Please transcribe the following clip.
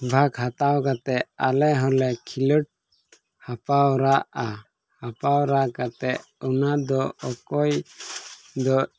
ᱵᱷᱟᱜᱽ ᱦᱟᱛᱟᱣ ᱠᱟᱛᱮᱫ ᱟᱞᱮ ᱦᱚᱸᱞᱮ ᱠᱷᱮᱞᱳᱰ ᱦᱮᱯᱟᱨᱟᱣ ᱟᱜᱼᱟ ᱦᱮᱯᱟᱨᱟᱣ ᱠᱟᱛᱮᱫ ᱚᱱᱟ ᱫᱚ ᱚᱠᱚᱭ ᱫᱚ